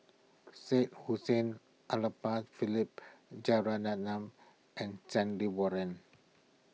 Syed Hussein Philip Jeyaretnam and Stanley Warren